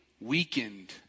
weakened